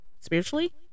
spiritually